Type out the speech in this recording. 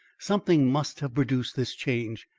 something must have produced this change.